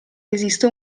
esiste